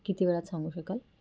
किती वेळात सांगू शकाल